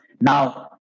Now